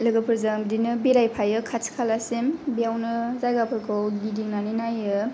लोगोफोरजों बिदिनो बेरायफायो खाथि खालासिम बेयावनो जायगाफोरखौ गिदिंनानै नायो